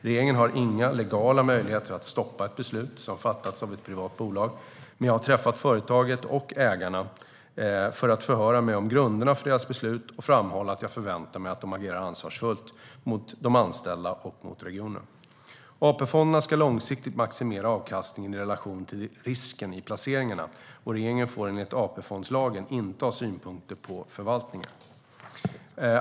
Regeringen har inga legala möjligheter att stoppa ett beslut som fattats av ett privat bolag, men jag har träffat företaget och ägarna för att förhöra mig om grunderna för deras beslut och framhålla att jag förväntar mig att de agerar ansvarsfullt mot de anställda och mot regionen. AP-fonderna ska långsiktigt maximera avkastningen i relation till risken i placeringarna, och regeringen får enligt AP-fondslagen inte ha synpunkter på förvaltningen.